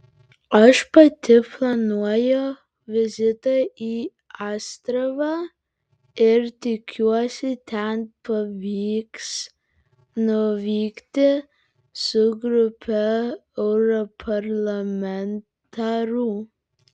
aš pati planuoju vizitą į astravą ir tikiuosi ten pavyks nuvykti su grupe europarlamentarų